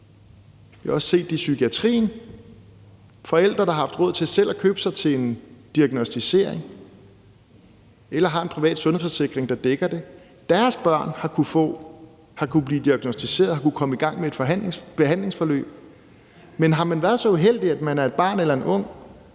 Vi har også set det i psykiatrien. Børn af forældre, der har haft råd til selv at købe sig til en diagnosticering eller har en privat sundhedsforsikring, der dækker det, har kunnet blive diagnosticeret og har kunnet komme i gang med et behandlingsforløb. Men har man været så uheldig at være et barn eller en ung